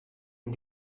and